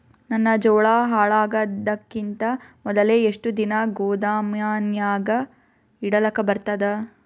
ನನ್ನ ಜೋಳಾ ಹಾಳಾಗದಕ್ಕಿಂತ ಮೊದಲೇ ಎಷ್ಟು ದಿನ ಗೊದಾಮನ್ಯಾಗ ಇಡಲಕ ಬರ್ತಾದ?